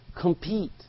compete